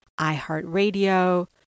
iHeartRadio